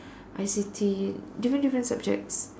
I_C_T different different subjects